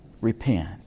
repent